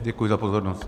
Děkuji za pozornost.